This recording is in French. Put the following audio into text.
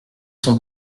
sont